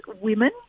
women